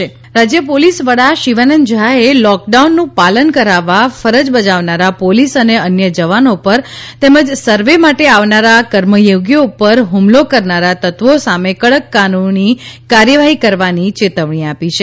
શિવાનંદ ઝા રાજ્ય પોલીસ વડા શિવાનંદ ઝાએ લોક ડાઉન નું પાલન કરાવવા ફરજ બજાવનારા પોલીસ અને અન્ય જવાનો પર તેમ જ સર્વે માટે આવનારા કર્મયોગીઓ પર હ્મલો કરનારા તત્વો સામે કડક કાનૂની કાર્યવાહી કરવાની ચેતવણી આપી છે